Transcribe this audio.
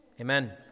amen